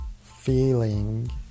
feeling